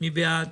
מי בעד?